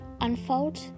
Unfold